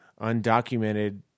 undocumented